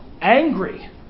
angry